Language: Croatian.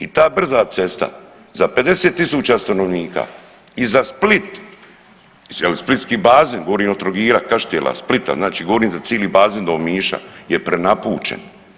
I ta brza cesta za 50 000 stanovnika i za Split, splitski bazen, govorim od Trogira, Kaštela, Splita znači govorim za cili bazen do Omiša je prenapučen.